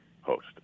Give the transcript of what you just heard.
host